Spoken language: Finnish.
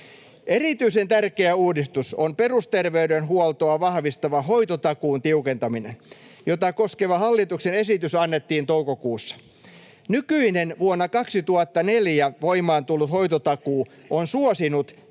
Erityisen tärkeä uudistus on perusterveydenhuoltoa vahvistava hoitotakuun tiukentaminen, jota koskeva hallituksen esitys annettiin toukokuussa. Nykyinen, vuonna 2004 voimaan tullut hoitotakuu on suosinut